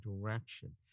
direction